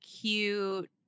cute